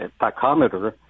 tachometer